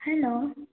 hello